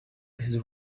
his